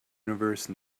universe